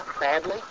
badly